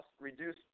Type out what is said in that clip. reduce